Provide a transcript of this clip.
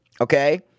Okay